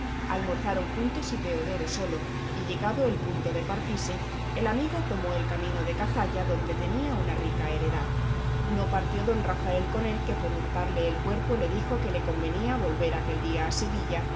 almorzaron juntos y teodoro solo y llegado el punto de partirse el amigo tomó el camino de cazalla donde tenía una rica heredad no partió don rafael con él que por hurtarle el cuerpo le dijo que le convenía volver aquel día a sevilla